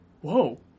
whoa